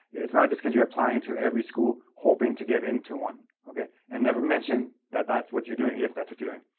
it's not because you're applying to every school, hoping to get into one, okay? and never mention that that's what you're doing, if that's what you're doing.